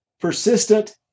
persistent